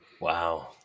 Wow